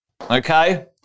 okay